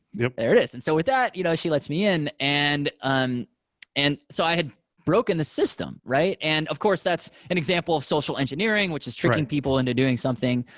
you know there it is. and so with that you know she lets me in. and um and so i had broken the system, right? and of course that's an example of social engineering, which is tricking people into doing something,